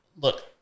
look